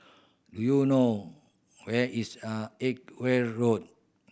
do you know where is a Edgware Road